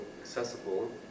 accessible